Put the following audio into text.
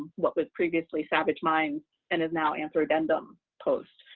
what was previously savage minds and is now anthrodendum post,